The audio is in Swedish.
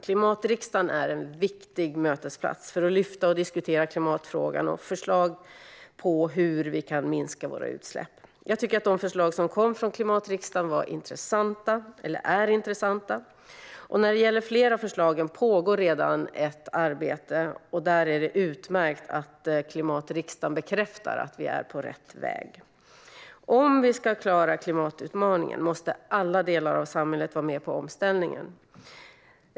Klimatriksdagen är en viktig mötesplats för att lyfta och diskutera klimatfrågan och förslag på hur vi kan minska våra utsläpp. Jag tycker att de förslag som kom från klimatriksdagen är intressanta. När det gäller flera av förslagen pågår redan ett arbete, och det är utmärkt att klimatriksdagen bekräftar att vi är på rätt väg. Om vi ska klara klimatutmaningen måste alla delar av samhället vara med på omställningen.